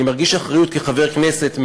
אני מרגיש אחריות כחבר כנסת,